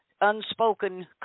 unspoken